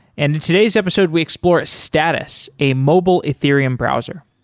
and in today's episode we explore status a mobile ethereum browser.